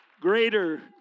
greater